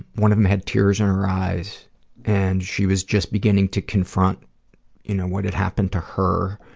one of them had tears in her eyes and she was just beginning to confront you know what had happened to her.